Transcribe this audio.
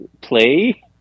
play